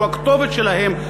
שהוא הכתובת שלהם,